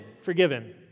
forgiven